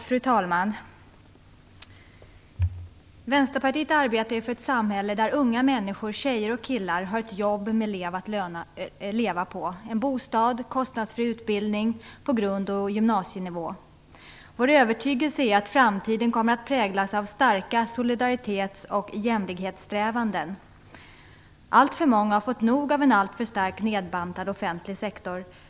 Fru talman! Vänsterpartiet arbetar för ett samhälle där unga människor, tjejer och killar, har ett jobb med lön att leva på, en bostad och kostnadsfri utbildning på grund och gymnasienivå. Vår övertygelse är att framtiden kommer att präglas av starka solidaritetsoch jämlikhetssträvanden. Alltför många har fått nog av en alltför starkt nedbantad offentlig sektor.